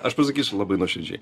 aš pasakysiu labai nuoširdžiai